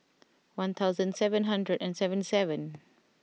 one thousand seven hundred and seventy seven